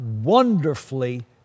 wonderfully